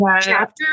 chapter